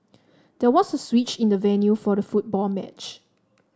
there was a switch in the venue for the football match